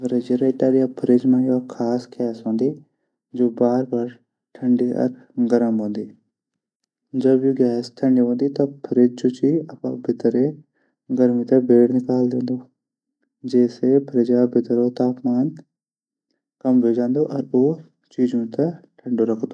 रेफ्रिजरेटर या फ्रीज मा या एक खास गैस हूंदनी। जू बार बार ठंडी या गर्म होंदी। जब गैस ठंडी हूंदी। जू अपडी भितर गैस भैर निकाल दिंदी। जैसे फ्रीज भितरो तापमान ठंडू वे जांदू और उ चीजों थै ठंडू रखदू।